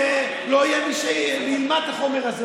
שלא יהיה מי שילמד את החומר הזה.